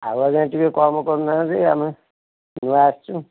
ଆଉ ଆଜ୍ଞା ଟିକେ କମ କରୁ ନାହାଁନ୍ତି ଆମେ ନୂଆ ଆସିଛୁ